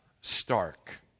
stark